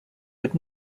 but